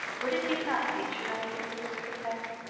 would it be thought patronising to mr. peck?